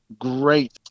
great